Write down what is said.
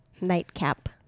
Nightcap